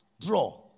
draw